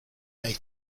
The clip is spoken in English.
ate